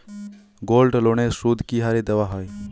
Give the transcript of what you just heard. গোল্ডলোনের সুদ কি হারে দেওয়া হয়?